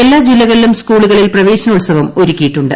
എല്ലാ ജില്ലകളിലും സ്കൂളുകളിൽ പ്രവേശനോൽസവം ഒരുക്കിയിട്ടുണ്ട്